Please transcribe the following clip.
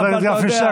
חבר הכנסת גפני,